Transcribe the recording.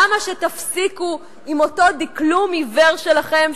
למה שתפסיקו עם אותו דקלום עיוור שלכם,